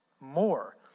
more